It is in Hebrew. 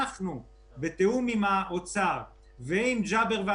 אנחנו בתיאום עם משרד האוצר ועם ג'אבר חמוד